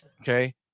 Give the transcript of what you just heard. okay